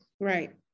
Right